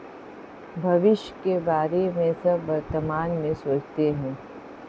भविष्य के बारे में सब वर्तमान में सोचते हैं